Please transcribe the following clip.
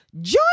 Join